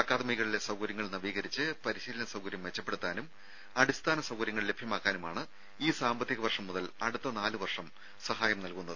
അക്കാദമികളിലെ സൌകര്യങ്ങൾ നവീകരിച്ച് പരിശീലന സൌകര്യം മെച്ചപ്പെടുത്താനും അടിസ്ഥാന സൌകര്യങ്ങൾ ലഭ്യമാക്കാനുമാണ് ഈ സാമ്പത്തിക വർഷം മുതൽ അടുത്ത നാലു വർഷം സഹായം നൽകുന്നത്